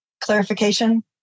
clarification